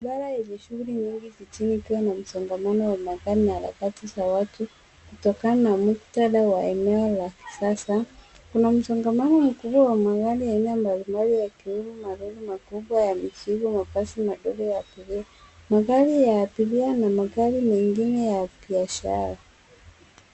Barabara yenye shughuli nyingi jijini ikiwa na msongamano wa magari na harakati za watu kutokana na muktadha wa eneo la kisasa kuna msongamano mkubwa wa magari ya aina mbali mbali yakiwemo malori makubwa ya mizigo mabasi madogo ya abiria magari ya abiria na magari mengine ya biashara